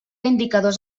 indicadors